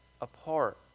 apart